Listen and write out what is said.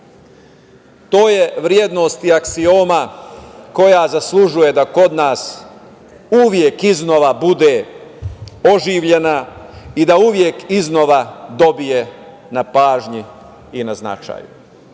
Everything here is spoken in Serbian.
To je vrednost i aksioma koja zaslužuje da kod nas uvek iznova bude oživljena i da uvek iznova dobije na pažnji i na značaju. Naravno